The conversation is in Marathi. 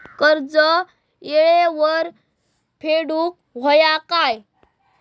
कर्ज येळेवर फेडूक होया काय?